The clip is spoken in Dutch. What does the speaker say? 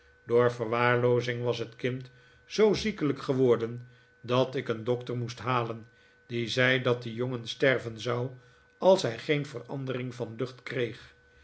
door verwaarloozing was het kind zoo ziekelijk geworden dat ik een dokter moest halen die zei dat de jongen sterven zou als hij geen verandering van lucht kreeg